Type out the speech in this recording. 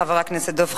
חבר הכנסת דב חנין.